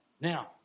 Now